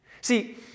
See